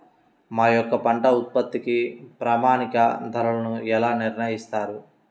మా యొక్క పంట ఉత్పత్తికి ప్రామాణిక ధరలను ఎలా నిర్ణయిస్తారు?